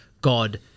God